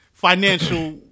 Financial